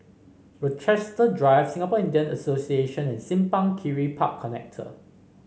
Rochester Drive Singapore Indian Association and Simpang Kiri Park Connector